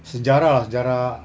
sejarah sejarah